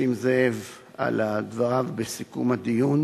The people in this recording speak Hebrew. נסים זאב על דבריו בסיכום הדיון.